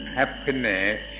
happiness